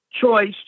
choice